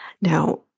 Now